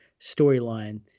storyline